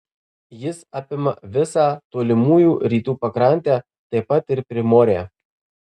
jis apima visą tolimųjų rytų pakrantę taip pat ir primorę